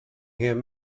him